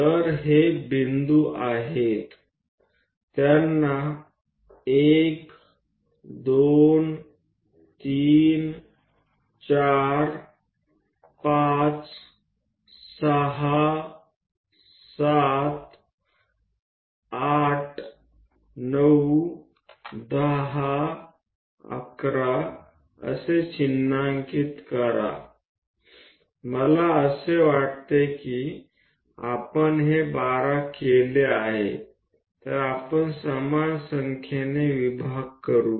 तर हे बिंदू आहेत त्यांना 1 2 3 4 5 6 7 8 9 10 11 असे चिन्हांकित करा मला असे वाटते की आपण हे 12 केले आहे तर आपण समान संख्येने विभाग वापरू